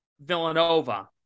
Villanova